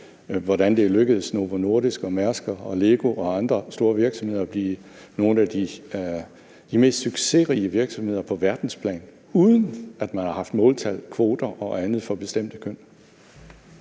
hvordan det er lykkedes Novo Nordisk og Mærsk og LEGO og andre store virksomheder at blive nogle af de mest succesrige virksomheder på verdensplan, uden at man har haft måltal, kvoter og andet for bestemte køn?